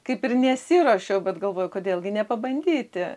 kaip ir nesiruošiau bet galvoju kodėl gi nepabandyti